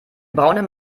braunen